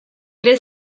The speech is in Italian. tre